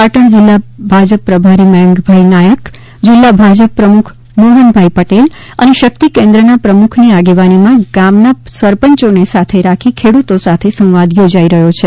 પાટણ જિલ્લા ભાજપ પ્રભારી મયંકભાઈ નાયક જિલ્લા ભાજપ પ્રમુખ મોહનભાઇ પટેલ અને શક્તિ કેન્દ્રના પ્રમુખની આગેવાનીમાં ગામના સરપંચોને સાથે રાખી ખેડૂતો સાથે સંવાદ યોજાઇ રહ્યો છે